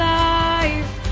life